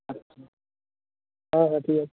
আচ্ছা হ্যাঁ হ্যাঁ ঠিক আছে